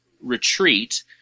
retreat